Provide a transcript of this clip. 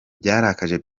byarakaje